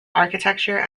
architecture